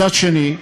מצד שני,